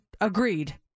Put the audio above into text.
agreed